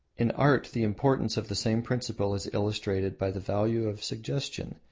in art the importance of the same principle is illustrated by the value of suggestion.